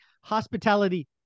hospitality